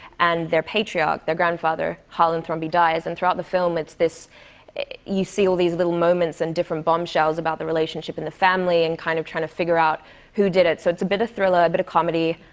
and their patriarch, their grandfather, harlan thrombey, dies. and throughout the film, it's this you see all these little moments and different bombshells about the relationship in the family and kind of try to figure out who did it, so it's a bit of thriller, a bit of comedy.